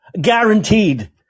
Guaranteed